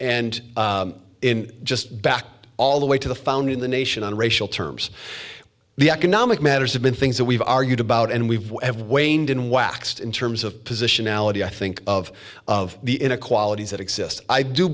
and in just back all the way to the found in the nation on racial terms the economic matters have been things that we've argued about and we have waned unwaxed in terms of position ality i think of the inequalities that exist i do